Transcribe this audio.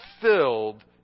filled